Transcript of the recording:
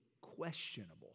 questionable